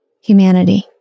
humanity